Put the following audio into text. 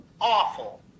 awful